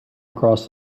across